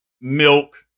milk